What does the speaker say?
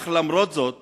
ולמרות זאת